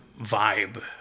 vibe